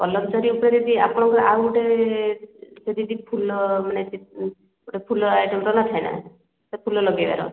colour ଜରି ଉପରେ ଯେ ଆପଣଙ୍କର ଆଉ ଗୋଟେ ସେ ଦିଦି ଫୁଲ ମାନେ ଗୋଟେ ଫୁଲ ଆଇଟମ୍ଟା ନଥାଏ ନା ସେ ଫୁଲ ଲଗାଇବାର